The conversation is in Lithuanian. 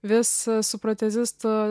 vis su protezistu